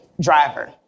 driver